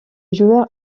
joueur